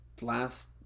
last